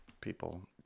people